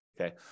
Okay